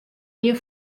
ien